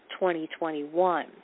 2021